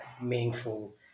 meaningful